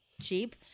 cheap